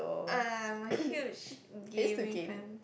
uh I'm a huge gaming fan